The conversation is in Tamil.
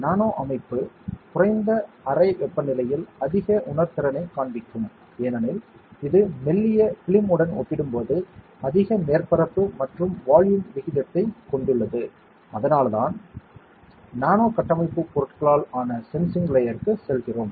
நானோ அமைப்பு குறைந்த அறை வெப்பநிலையில் அதிக உணர்திறனைக் காண்பிக்கும் ஏனெனில் இது மெல்லிய ஃபிலிம் உடன் ஒப்பிடும்போது அதிக மேற்பரப்பு மற்றும் வால்யூம் விகிதத்தைக் கொண்டுள்ளது அதனால்தான் நானோ கட்டமைப்பு பொருட்களால் ஆன சென்சிங் லேயர்க்கு செல்கிறோம்